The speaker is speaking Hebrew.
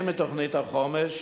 הן בתוכנית החומש,